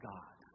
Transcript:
God